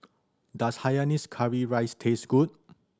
does hainanese curry rice taste good